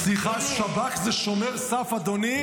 סליחה, שב"כ זה שומר סף, אדוני.